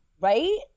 Right